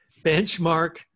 benchmark